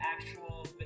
actual